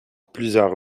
plusieurs